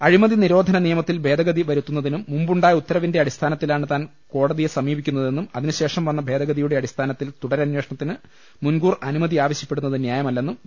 അഴിമതി നിരോധന നിയമത്തിൽ ഭേദഗതി വരുത്തുന്നതിനും മുമ്പുണ്ടായ ഉത്തരവിൻറെ അടിസ്ഥാനത്തിലാണ് താൻ കോടതിയെ സമീപിക്കുന്ന തെന്നും അതിനു ശേഷം വന്ന ഭേദഗതിയുടെ അടിസ്ഥാനത്തിൽ തുടരമ്പേഷണത്തിന് മുൻകൂർ അനുമതി ആവശ്യപ്പെടുന്നത് ന്യായമല്ലെന്നും വി